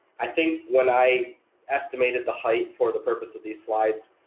i think when i estimated the height for the purpose of these slides,